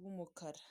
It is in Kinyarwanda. w'umukara.